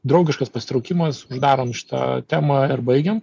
draugiškas pasitraukimas uždarom šitą temą ir baigiam